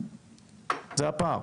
זה הפער.